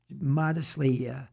modestly